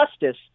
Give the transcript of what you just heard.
Justice